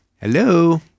Hello